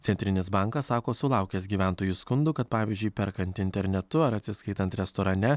centrinis bankas sako sulaukęs gyventojų skundų kad pavyzdžiui perkant internetu ar atsiskaitant restorane